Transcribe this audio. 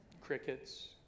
Crickets